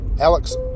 Alex